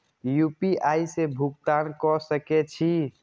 UPI से भुगतान क सके छी?